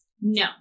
No